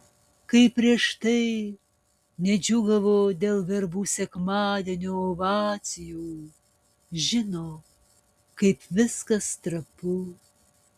kaip prieš tai nedžiūgavo dėl verbų sekmadienio ovacijų žino kaip viskas trapu